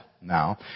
now